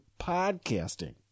podcasting